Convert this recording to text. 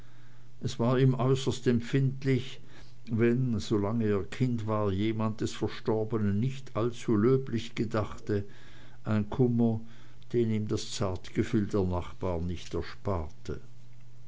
es war ihm äußerst empfindlich wenn solange er kind war jemand des verstorbenen nicht allzu löblich gedachte ein kummer den ihm das zartgefühl der nachbarn nicht ersparte